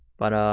but,